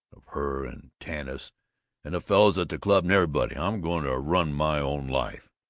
of her and tanis and the fellows at the club and everybody. i'm going to run my own life!